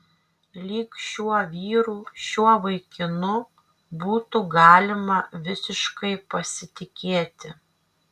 lyg šiuo vyru šiuo vaikinu būtų galima visiškai pasitikėti